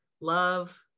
love